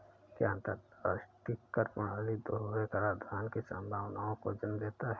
क्या अंतर्राष्ट्रीय कर प्रणाली दोहरे कराधान की संभावना को जन्म देता है?